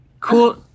Cool